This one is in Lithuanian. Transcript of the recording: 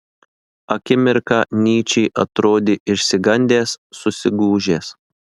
akimirką nyčė atrodė išsigandęs susigūžęs